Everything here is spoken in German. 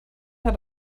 hat